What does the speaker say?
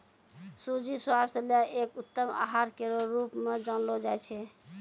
सूजी स्वास्थ्य ल एक उत्तम आहार केरो रूप म जानलो जाय छै